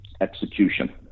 execution